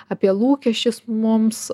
apie lūkesčius mums